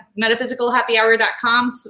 metaphysicalhappyhour.com